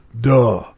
Duh